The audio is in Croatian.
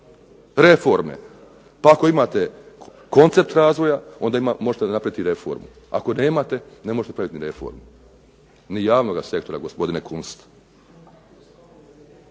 reforme. Pa ako imate koncept razvoja onda možete napraviti i reformu, ako nemate ne možete napraviti ni reformu ni javnoga sektora gospodine Kunst.